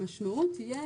המשמעות תהיה